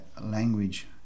language